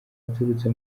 aturutse